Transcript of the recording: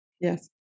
yes